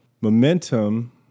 Momentum